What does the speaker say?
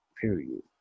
period